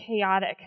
chaotic